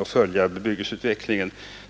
och följa bebyggelseutvecklingen.